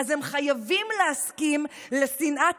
אז הם חייבים להסכים לשנאת האחר,